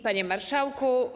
Panie Marszałku!